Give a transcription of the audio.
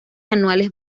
anuales